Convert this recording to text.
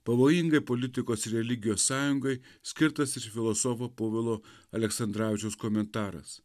pavojingai politikos ir religijos sąjungai skirtas ir filosofo povilo aleksandravičiaus komentaras